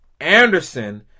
Anderson